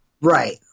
Right